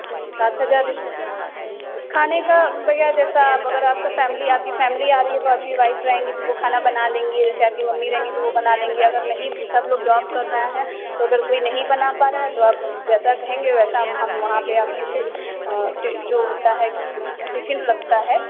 सात हजार रुपये खाने का भैया जैसा आप अगर आपका फैमली आपकी फैमली आ रही है तो आपकी वाइफ रहेंगी तो वो खाना बना लेंगी जैसे आपकी मम्मी रहेंगी तो वो बना लेंगी अगर नहीं सब लोग जॉब कर रहे हैं तो अगर कोई नहीं बना पा रहा है तो आप जैसा कहेंगे वैसा हम हम वहाँ पर आपकी फिर जो होता है कि टिफिन लगता है